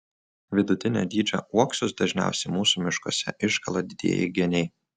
vidutinio dydžio uoksus dažniausiai mūsų miškuose iškala didieji geniai